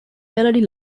melody